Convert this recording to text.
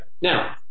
Now